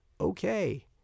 Okay